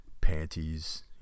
Panties